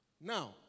Now